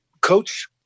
Coach